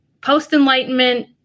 post-Enlightenment